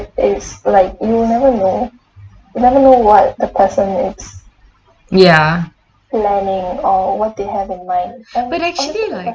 ya but actually like